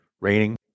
Raining